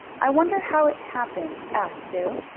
i wonder how it happened? asked sue.